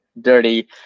dirty